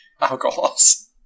alcohols